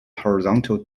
horizontal